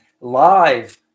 live